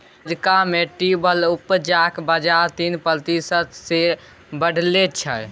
America मे timber उपजाक बजार तीन प्रतिशत दर सँ बढ़लै यै